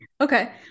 Okay